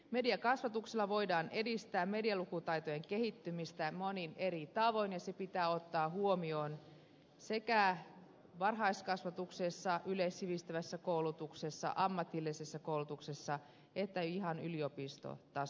mediakasvatuksella voidaan edistää medialukutaitojen kehittymistä monin eri tavoin ja se pitää ottaa huomioon sekä varhaiskasvatuksessa yleissivistävässä koulutuksessa ammatillisessa koulutuksessa että ihan yliopistotasollakin